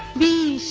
me